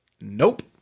Nope